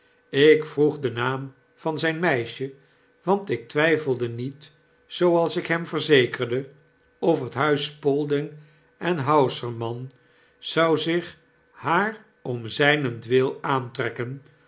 ik vroeg den naam van zyn meisje want ik twijfelde niet zooals ik hem verzekerde of het huis spalding en flausermann zou zich haar om zijnentwil aantrekken